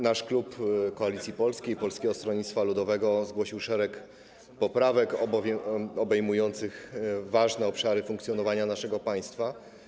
Nasz klub Koalicji Polskiej - Polskiego Stronnictwa Ludowego zgłosił szereg poprawek obejmujących ważne obszary funkcjonowania naszego państwa.